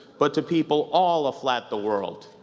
but to people all aflat the world.